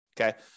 Okay